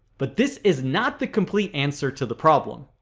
but this is not the complete answer to the problem.